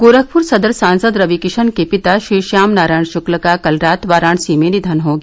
गोरखपुर सदर सांसद रवि किशन के पिता श्री श्याम नारायण शुक्ल का कल रात वाराणसी में निधन हो गया